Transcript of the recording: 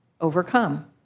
overcome